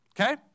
okay